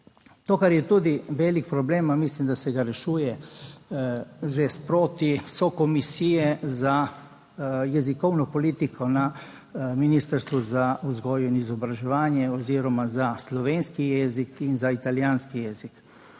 To kar je tudi velik problem, mislim da se ga rešuje že sproti, so komisije za jezikovno politiko na Ministrstvu za vzgojo in izobraževanje oziroma za slovenski jezik in za italijanski jezik